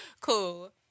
Cool